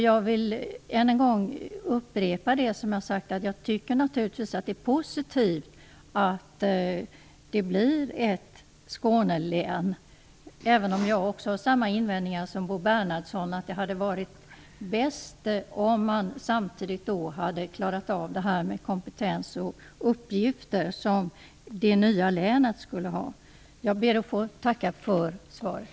Jag vill än en gång upprepa att jag naturligtvis tycker att det är positivt att det blir ett Skånelän, även om jag har samma invändningar som Bo Bernhardsson. Det hade varit bäst om man samtidigt hade klarat av frågan om den kompetens och de uppgifter som det nya länet skall ha. Jag ber att få tacka för svaret.